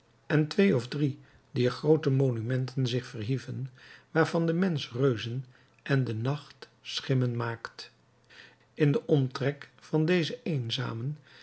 en twee of drie dier groote monumenten zich verhieven waarvan de mensch reuzen en de nacht schimmen maakt in den omtrek van dezen